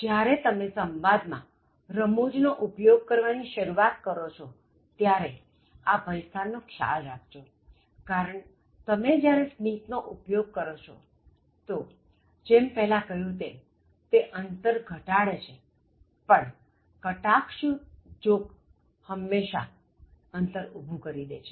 જ્યારે તમે સંવાદ માં રમૂજ નો ઉપયોગ કરવાની શરૂઆત કરો છોત્યારે આ ભયસ્થાન નો ખ્યાલ રાખજોકારણ તમે જ્યારે સ્મિત નો ઉપયોગ કરો છો તો જેમ પહેલા કહ્યું તેમ તે અંતર ઘટાડે છે પણ કટાક્ષયુક્ત જોકસ હંમેશ માટેનું અંતર ઉભું કરી દે છે